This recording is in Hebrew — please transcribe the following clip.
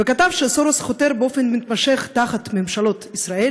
וכתב שסורוס חותר באופן מתמשך תחת ממשלות ישראל